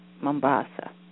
Mombasa